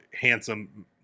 handsome